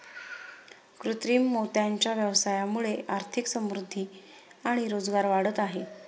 कृत्रिम मोत्यांच्या व्यवसायामुळे आर्थिक समृद्धि आणि रोजगार वाढत आहे